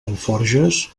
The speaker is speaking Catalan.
alforges